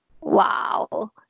wow